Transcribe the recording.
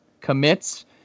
commits